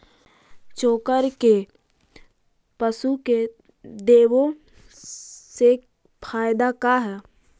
चोकर के पशु के देबौ से फायदा का है?